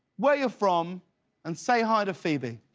where you're from and say hi to phoebe.